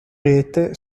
rete